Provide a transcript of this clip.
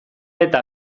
eta